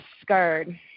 scared